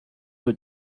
will